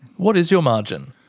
what is your margin?